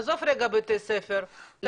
עזוב רגע בתי ספר,